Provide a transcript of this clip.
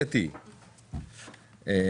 אני